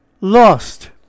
Lost